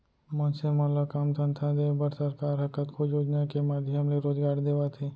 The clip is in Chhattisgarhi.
मनसे मन ल काम धंधा देय बर सरकार ह कतको योजना के माधियम ले रोजगार देवत हे